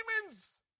demons